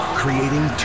creating